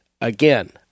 again